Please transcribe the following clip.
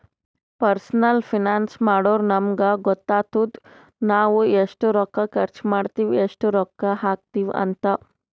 personal finance ಮಾಡುರ್ ನಮುಗ್ ಗೊತ್ತಾತುದ್ ನಾವ್ ಎಸ್ಟ್ ರೊಕ್ಕಾ ಖರ್ಚ್ ಮಾಡ್ತಿವಿ, ಎಸ್ಟ್ ರೊಕ್ಕಾ ಹಾಕ್ತಿವ್ ಅಂತ್